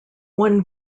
one